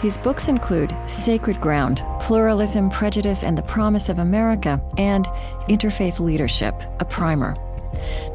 his books include sacred ground pluralism, prejudice, and the promise of america and interfaith leadership a primer